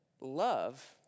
love